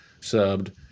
subbed